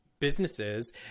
Businesses